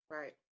right